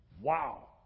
Wow